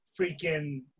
freaking